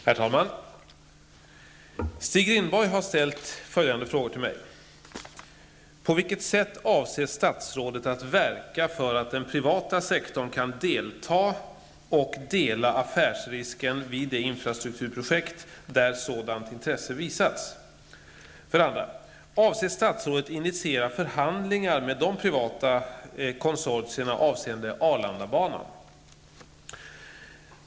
Herr talman! Stig Rindborg har ställt följande frågor till mig: 1.På vilket sätt avser statsrådet att verka för att den privata sektorn kan delta i och dela affärsrisken vid de infrastrukturprojekt där sådant intresse visats? 2.Avser statsrådet att initiera förhandlingar med de privata konsortierna avseende Arlandabanan?